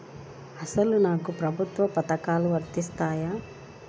అసలు నాకు ప్రభుత్వ పథకాలు వర్తిస్తాయా?